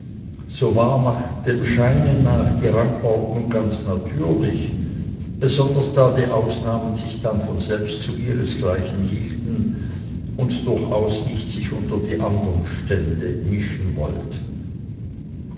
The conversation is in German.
so war dem scheine nach die rangordnung ganz natürlich besonders da die ausnahmen sich dann von selbst zu ihresgleichen hielten und durchaus nicht sich unter die anderen stände mischen wollten